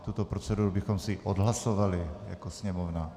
Tuto proceduru bychom si odhlasovali jako Sněmovně.